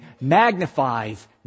magnifies